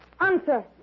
Answer